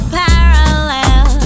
parallel